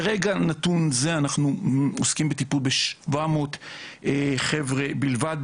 ברגע נתון זה אנחנו עוסקים בטיפול ב- 700 חבר'ה בלבד,